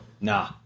nah